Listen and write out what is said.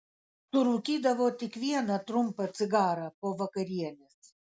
surūkydavo tik vieną trumpą cigarą po vakarienės